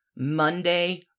Monday